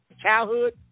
childhood